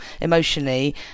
emotionally